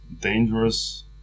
dangerous